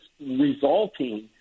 resulting